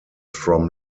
from